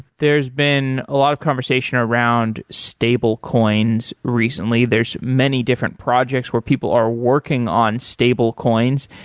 there's been a lot of conversation around stable coins recently. there's many different projects where people are working on stable coins.